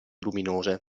luminose